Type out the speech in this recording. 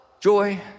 joy